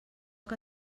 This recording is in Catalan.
que